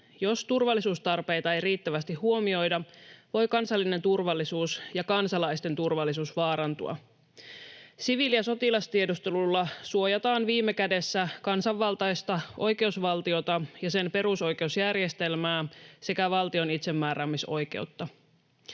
Jos turvallisuustarpeita ei riittävästi huomioida, voivat kansallinen turvallisuus ja kansalaisten turvallisuus vaarantua. Siviili‑ ja sotilastiedustelulla suojataan viime kädessä kansanvaltaista oikeusvaltiota ja sen perusoikeusjärjestelmää sekä valtion itsemääräämisoikeutta.